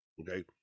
Okay